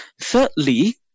Thirdly